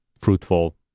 fruitful